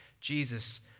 Jesus